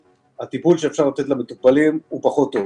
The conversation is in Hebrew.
הטיפול שאפשר לתת למטופלים הוא פחות טוב.